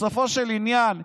בסופו של עניין,